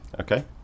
Okay